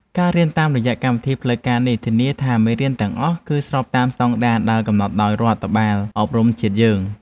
ការរៀនតាមរយៈកម្មវិធីផ្លូវការនេះធានាបានថាមេរៀនទាំងអស់ គឺស្របតាមស្តង់ដារដែលកំណត់ដោយរដ្ឋបាលអប់រំជាតិយើង។